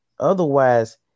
Otherwise